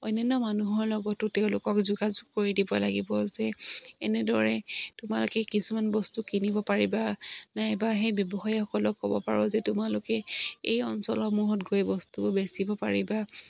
অন্যান্য মানুহৰ লগতো তেওঁলোকক যোগাযোগ কৰি দিব লাগিব যে এনেদৰে তোমালোকে কিছুমান বস্তু কিনিব পাৰিবা নাইবা সেই ব্যৱসায়সকলক ক'ব পাৰোঁ যে তোমালোকে এই অঞ্চলসমূহত গৈ বস্তুবোৰ বেচিব পাৰিবা